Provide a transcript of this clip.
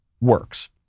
works